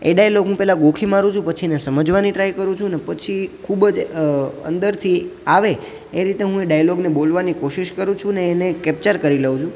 એ dialogue હું પહેલાં ગોખી મારું છું પછીના સમજવાની ટ્રાય કરું છું અને પછી ખૂબ જ અંદરથી આવે એ રીતે હું એ ડાયલોગને બોલવાની કોશિશ કરું છું ને એને કેપ્ચર કરી લઉં છું